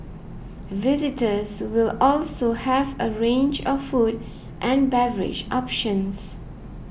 visitors will also have a range of food and beverage options